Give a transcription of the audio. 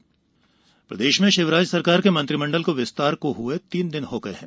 मंत्रिमंडल विभाग प्रदेश में शिवराज सरकार के मंत्रिमंडल विस्तार को हुए तीन दिन हो गये है